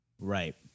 Right